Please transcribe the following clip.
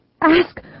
ask